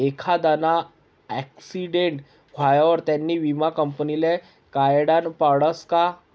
एखांदाना आक्सीटेंट व्हवावर त्यानी विमा कंपनीले कयायडनं पडसं का